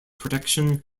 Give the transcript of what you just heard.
protection